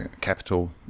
capital